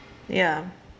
ya